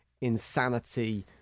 insanity